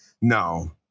no